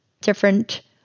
different